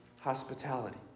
hospitality